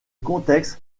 contexte